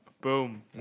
Boom